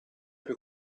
più